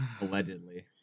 allegedly